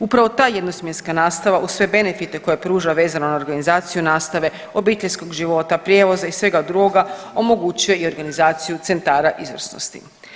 Upravo ta jednosmjenska nastava uz sve benefite koje pruža vezano na organizaciju nastave, obiteljskog života, prijevoza i svega drugoga omogućuje i organizaciju centara izvrsnosti.